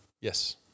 Yes